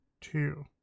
two